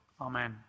Amen